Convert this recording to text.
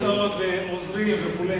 הצעתי לסמן כיסאות לעוזרים וכו'.